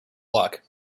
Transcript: luck